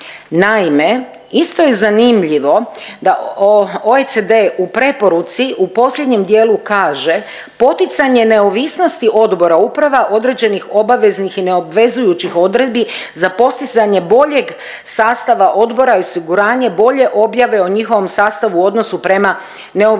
Naime, isto je zanimljivo da OECD u preporuci u posljednjem dijelu kaže, poticanje neovisnosti odbora uprava određenih obaveznih i neobvezujućih odredbi za postizanje boljeg sastava odbora i osiguranje bolje objave o njihovom sastavu u odnosu prema neovisnim